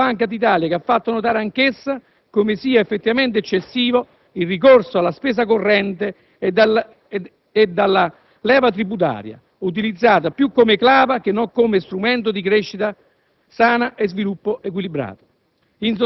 dalla Banca d'Italia. Quest'ultima ha fatto notare come sia effettivamente eccessivo il ricorso alla spesa corrente e alla leva tributaria, utilizzata più come clava che non come strumento di crescita sana e sviluppo equilibrato.